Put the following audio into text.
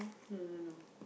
no no no